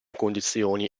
condizioni